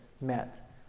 met